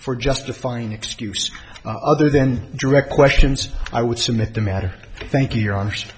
for justifying excuse other than direct questions i would submit the matter i think you're honest